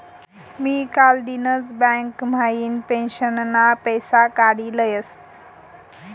मी कालदिनच बँक म्हाइन पेंशनना पैसा काडी लयस